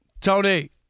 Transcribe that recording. Tony